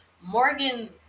Morgan